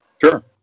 Sure